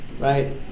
right